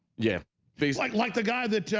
yeah he's like like the guy that yeah